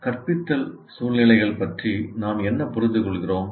கற்பித்தல் சூழ்நிலைகள் பற்றி நாம் என்ன புரிந்து கொள்கிறோம்